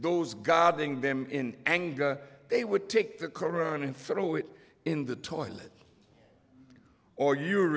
those guarding them in anger they would take the koran and throw it in the toilet or you